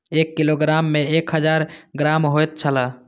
एक किलोग्राम में एक हजार ग्राम होयत छला